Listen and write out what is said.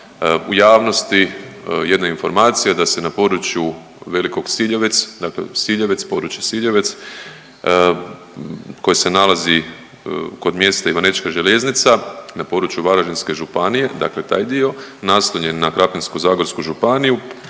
u javnosti jedna informacija da se na području Velikog Siljevec, dakle Siljevec područje Siljevec koje se nalazi kod mjesta Ivanečka Željeznica na području Varaždinske županije dakle taj dio, naslonjen na Krapinsko-zagorsku županiju